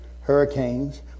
hurricanes